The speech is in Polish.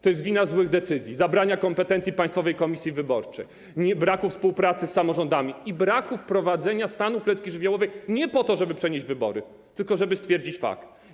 To jest wina złych decyzji, zabrania kompetencji Państwowej Komisji Wyborczej, braku współpracy z samorządami i niewprowadzenia stanu klęski żywiołowej nie po to, żeby przenieść wybory, tylko żeby stwierdzić fakt.